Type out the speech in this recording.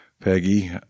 Peggy